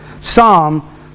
Psalm